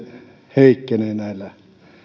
heikkenee näillä